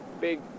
big